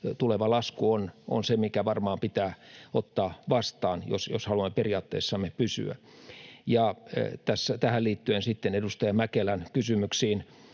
tuleva lasku on se, mikä varmaan pitää ottaa vastaan, jos haluamme periaatteissamme pysyä. Sitten edustaja Mäkelän kysymyksiin: